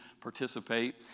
participate